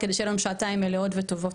כדי שיהיו לנו שעתיים מלאות וטובות.